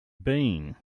been